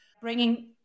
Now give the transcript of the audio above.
bringing